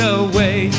away